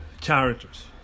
characters